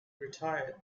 retired